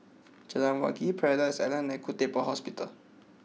Jalan Wangi Paradise Island and Khoo Teck Puat Hospital